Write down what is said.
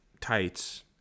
tights